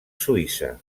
suïssa